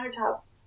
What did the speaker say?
countertops